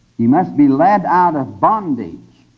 ye must be led out of bondage